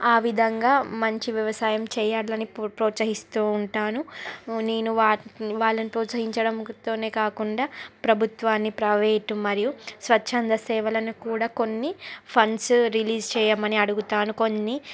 ఆ విధంగా మంచి వ్యవసాయం చేయాలని ప్రోత్సహిస్తూ ఉంటాను నేను వా వాళ్ళని ప్రోత్సహించడం తోనే కాకుండా ప్రభుత్వాన్ని ప్రైవేటు మరియు స్వచ్ఛంద సేవలను కూడా కొన్ని ఫండ్స్ రిలీజ్ చేయమని అడుగుతాను కొన్ని